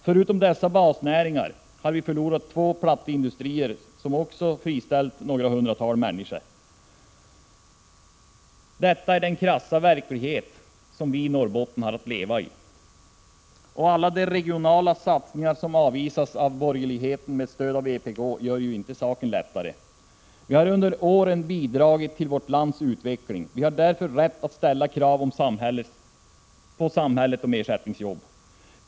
Förutom dessa basnäringar har vi förlorat två plattindustrier som också friställt något hundratal människor. Detta är den krassa verklighet vi norrbottningar har att leva i. Och alla de regionala satsningar som avvisas av borgerligheten med stöd av vpk gör inte saken lättare. Vi har under åren bidragit till vårt lands utveckling. Vi har därför rätt att ställa krav på samhället om ersättningsjobb.